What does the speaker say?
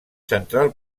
central